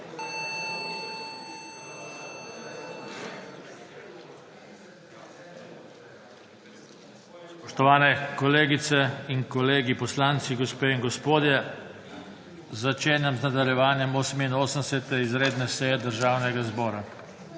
Spoštovani kolegice in kolegi poslanci, gospe in gospodje! Začenjam z nadaljevanjem 88. izredne seje Državnega zbora.